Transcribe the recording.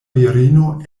virino